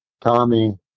Tommy